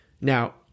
Now